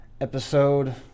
Episode